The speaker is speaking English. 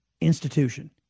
institution